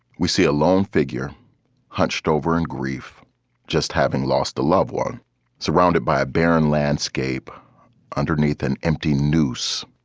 we see a lone figure hunched over and grief just having lost a loved one surrounded by a barren landscape underneath an empty noose.